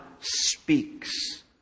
speaks